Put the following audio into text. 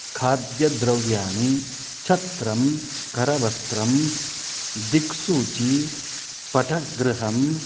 खाद्यद्रव्याणि छत्रं करवस्त्रं दिग्सूची पठगृहं